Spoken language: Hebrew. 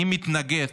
מתנגד